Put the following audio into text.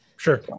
Sure